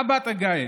אבא טגיי,